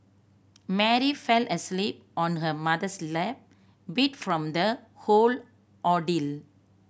Mary fell asleep on her mother's lap beat from the whole ordeal